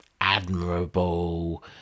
admirable